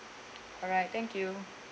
all right thank you